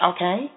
Okay